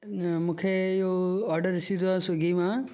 मूंखे इहो order receive थियो आहे स्विगी मां